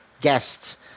guests